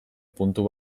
puntu